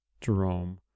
Jerome